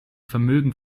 vermögen